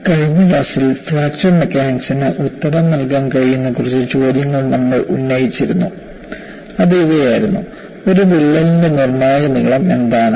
കഴിഞ്ഞ ക്ലാസിൽ ഫ്രാക്ചർ മെക്കാനിക്സിന് ഉത്തരം നൽകാൻ കഴിയുന്ന കുറച്ച് ചോദ്യങ്ങൾ നമ്മൾ ഉന്നയിച്ചിരുന്നു അത് ഇവയായിരുന്നു ഒരു വിള്ളലിന്റെ നിർണായക നീളം എന്താണ്